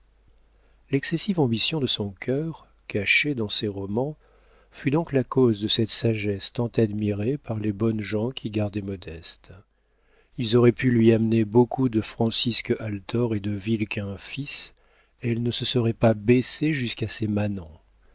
l'excessive ambition de son cœur cachée dans ces romans fut donc la cause de cette sagesse tant admirée par les bonnes gens qui gardaient modeste ils auraient pu lui amener beaucoup de francisque althor et de vilquin fils elle ne se serait pas baissée jusqu'à ces manants